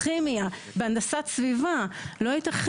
אבל מצד שני, אני לא בטוח שזה